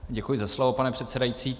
Děkuji za slovo, pane předsedající.